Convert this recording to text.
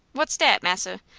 what's dat, massa?